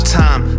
time